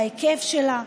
בהיקף שלה.